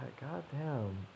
Goddamn